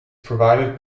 provided